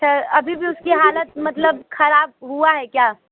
sir अभी भी उसकी हालत मतलब ख़राब हुई है क्या